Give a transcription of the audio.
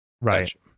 Right